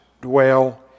dwell